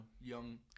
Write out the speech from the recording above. young